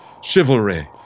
chivalry